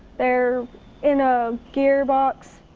they're in a gear box,